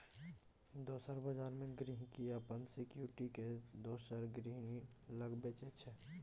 दोसर बजार मे गांहिकी अपन सिक्युरिटी केँ दोसर गहिंकी लग बेचय छै